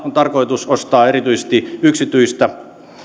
tarkoitus ostaa erityisesti yksityistä